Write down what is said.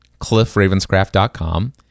CliffRavenscraft.com